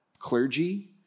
clergy